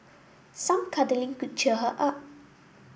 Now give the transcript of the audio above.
some cuddling could cheer her up